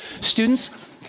students